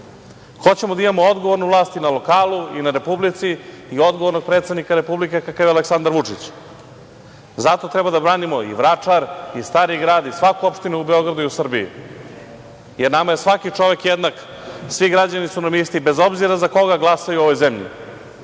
Hoćemo da imamo odgovornu vlast i na lokalu i na Republici i odgovornog predsednika Republike kakav je Aleksandar Vučić. Zato treba da branimo i Vračar i Stari grad i svaku opštinu u Beogradu i u Srbiji, jer nama je svaki čovek jednak. Svi građani su nam isti, bez obzira za koga glasaju u ovoj zemlji.